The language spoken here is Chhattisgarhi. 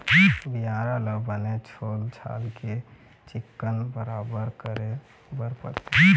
बियारा ल बने छोल छाल के चिक्कन बराबर करे बर परथे